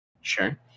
Sure